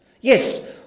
Yes